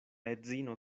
edzino